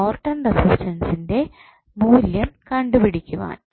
Norton റെസിസ്റ്റൻസ്ൻ്റെ മൂല്യം കണ്ടുപിടിക്കുവാൻ